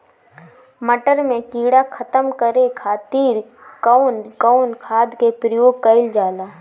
मटर में कीड़ा खत्म करे खातीर कउन कउन खाद के प्रयोग कईल जाला?